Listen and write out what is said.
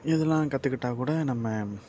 இதெலாம் கற்றுக்கிட்டா கூட நம்ம